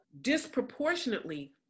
disproportionately